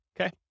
Okay